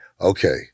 okay